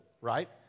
right